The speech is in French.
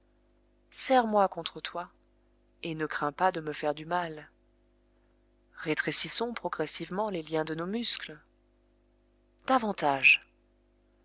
serre moi contre toi et ne crains pas de me faire du mal rétrécissons progressivement les liens de nos muscles davantage